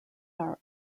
are